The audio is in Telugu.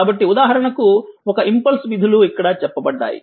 కాబట్టి ఉదాహరణకు ఒక ఇంపల్స్ విధులు ఇక్కడ చెప్పబడ్డాయి